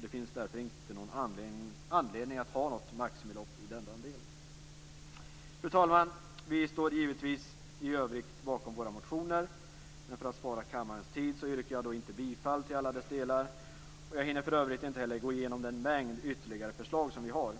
Det finns därför inte någon anledning att ha något maximibelopp i denna del. Fru talman! Vi kristdemokrater står givetvis i övrigt bakom våra motioner, men för att spara kammarens tid yrkar jag inte bifall till alla delar. Jag hinner för övrigt inte heller gå igenom den mängd ytterligare förslag vi har.